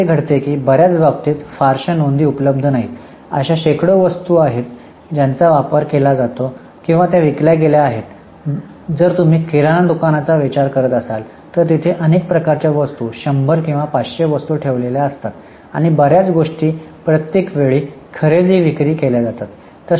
आता असे घडते की बर्याच बाबतीत फारशी नोंदी उपलब्ध नाहीत अशा शेकडो वस्तू आहेत ज्यांचा व्यापार केला जातो किंवा विकल्या गेल्या आहेत जर तुम्ही किराणा दुकानाचा विचार करत असाल तर तिथे अनेक प्रकारच्या वस्तू १०० किंवा 500 वस्तू ठेवलेल्या असतात आणि बर्याच गोष्टी प्रत्येक वेळी खरेदी आणि विक्री केल्या जातात